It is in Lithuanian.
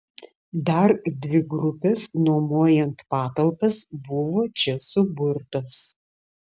dar dvi grupės nuomojant patalpas buvo čia suburtos